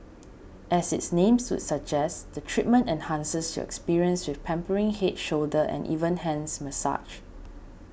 as its name would suggest the treatment enhances your experience with pampering head shoulder and even hands massage